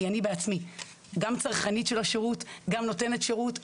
אני בעצמי גם צרכנית של השירות, גם נותנת שירות.